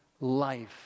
life